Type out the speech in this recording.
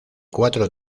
cuatro